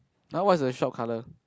now what is the shop colour